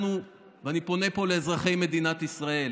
אנחנו, ואני פונה לאזרחי מדינת ישראל,